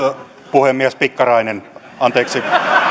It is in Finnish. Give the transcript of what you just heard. puhemies pikkarainen anteeksi